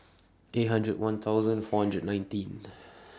eight hundred one thousand four hundred nineteen